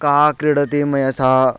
कः क्रीडति मया सह